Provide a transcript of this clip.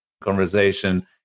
conversation